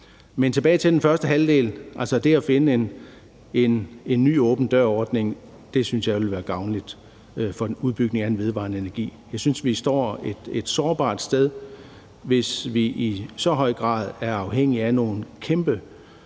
Men tilbage til den første halvdel af forslaget, altså det at finde en ny åben dør-ordning – det synes jeg ville være gavnligt for en udbygning af den vedvarende energi. Jeg synes, vi står et sårbart sted, hvis vi i så høj grad er afhængige af nogle kæmpe